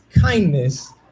kindness